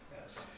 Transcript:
Yes